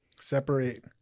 separate